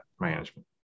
management